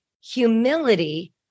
humility